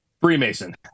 Freemason